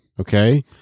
Okay